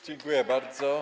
Dziękuję bardzo.